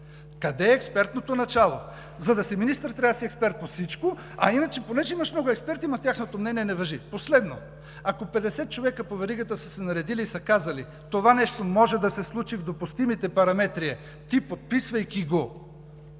Къде е експертното начало? За да си министър, трябва да си експерт по всичко, а иначе понеже имаш много експерти, тяхното мнение не важи. Последно, ако петдесет човека по веригата са се наредили и са казали: това нещо може да се случи в допустимите параметри и ти, подписвайки го,